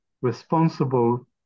responsible